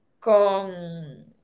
con